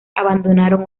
abandonaron